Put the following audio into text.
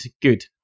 good